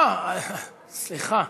אה, סליחה.